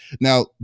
Now